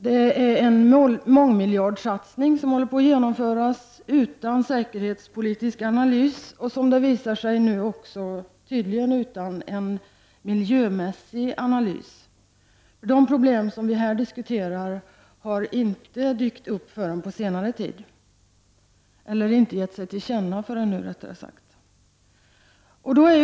Det är en mångmiljardsatsning som håller på att genomföras utan säkerhetspolitisk analys och, som det visar sig nu, tydligen också utan en miljömässig analys. De problem som vi här diskuterar har inte gett sig till känna förrän på senare tid.